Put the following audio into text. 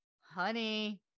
Honey